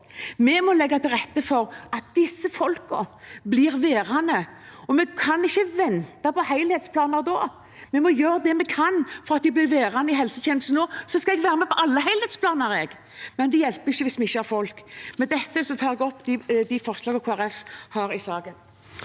Vi må legge til rette for at disse folkene blir værende. Og vi kan ikke vente på helhetsplaner. Vi må gjøre det vi kan for at de blir værende i helsetjenesten nå – så skal jeg være med på alle helhetsplaner, men det hjelper ikke hvis vi ikke har folk. Med dette tar jeg opp resten av forslagene